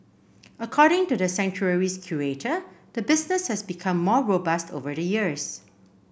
according to the sanctuary's curator the business has become more robust over the years